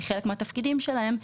כחלק מהתפקידים שלהם,